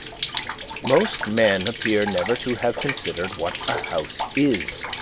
most men appear never to have considered what a house is,